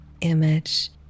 image